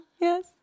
yes